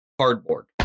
cardboard